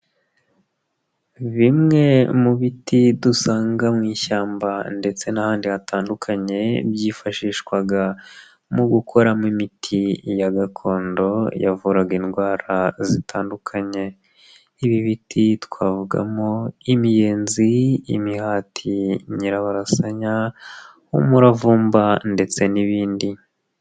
Bimwe mu biti dusanga mu ishyamba ndetse n'ahandi hatandukanye, byifashishwaga mu gukoramo imiti ya gakondo yavuraga indwara zitandukanye. Ibi biti twavugamo imiyenzi, imihati, nyirabarasanya, umuravumba ndetse n'ibindi.